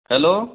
hello